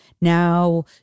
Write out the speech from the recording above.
now